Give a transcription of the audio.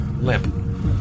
limp